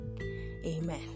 amen